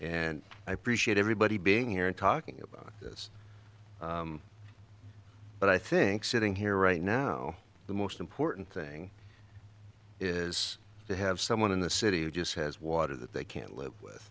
and i appreciate everybody being here and talking about this but i think sitting here right now the most important thing is to have someone in the city who just has water that they can't live with